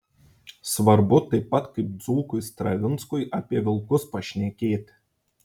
svarbu taip pat kaip dzūkui stravinskui apie vilkus pašnekėti